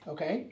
Okay